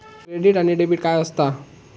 Credit आणि debit काय असता?